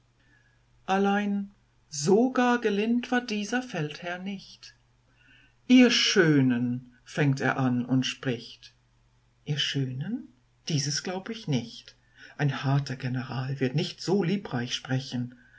allein so gar gelind war dieser feldherr nicht ihr schönen fängt er an und spricht ihr schönen dieses glaub ich nicht ein harter general wird nicht so liebreich sprechen